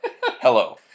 Hello